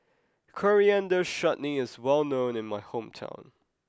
Coriander Chutney is well known in my hometown